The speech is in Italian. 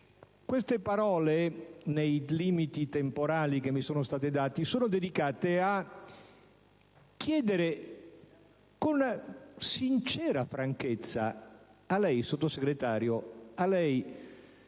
Queste parole, nei limiti temporali che mi sono stati dati, sono dedicate a chiedere con sincera franchezza a lei, Sottosegretario, e a lei,